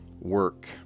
Work